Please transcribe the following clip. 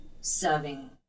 serving